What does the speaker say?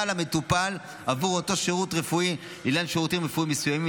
למטופל עבור אותו שירות רפואי לעניין שירותים רפואיים מסוימים,